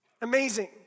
Amazing